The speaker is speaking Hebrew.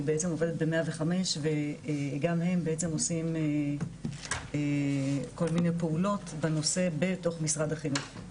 שהיא עובדת ב-105 וגם הם עושים כל מיני פעולות בנושא בתוך משרד החינוך.